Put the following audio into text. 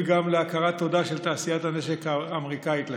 גם להכרת תודה של תעשיית הנשק האמריקאית לך.